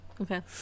Okay